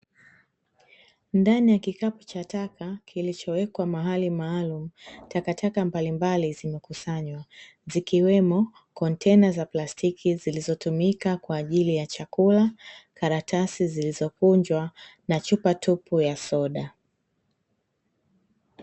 Ndani ya kikapu cha taka kilichowekwa mahali maalumu, takataka mbalimbali zimekusanywa zikiwemo kontena za plastiki zilizotumika kwa ajili ya chakula, karatasi zilizokunjwa na chupa tupu ya soda.